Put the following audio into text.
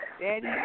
daddy